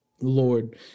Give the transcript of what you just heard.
Lord